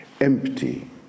empty